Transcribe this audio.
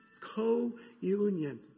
Co-union